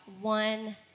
one